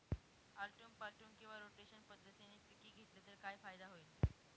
आलटून पालटून किंवा रोटेशन पद्धतीने पिके घेतली तर काय फायदा होईल?